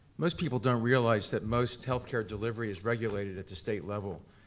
most people don't realize that most healthcare delivery is regulated at the state level.